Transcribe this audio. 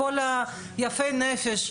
לכל יפי הנפש,